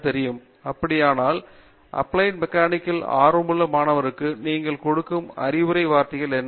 பேராசிரியர் பிரதாப் ஹரிதாஸ் அப்படியானால் அப்ளைடு மெக்கானிக்கில் ஆர்வமுள்ள மாணவருக்கு நீங்கள் கொடுக்கும் அறிவுரையின் வார்த்தைகள் என்ன